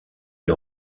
une